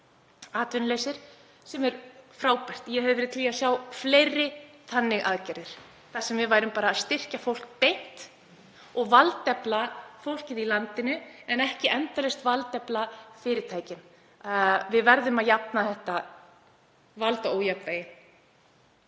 atvinnulausir, sem er frábært. Ég hefði verið til í að sjá fleiri slíkar aðgerðir þar sem við værum bara að styrkja fólk beint og valdefla fólkið í landinu, en ekki endalaust að valdefla fyrirtækin. Við verðum að jafna þetta valdaójafnvægi.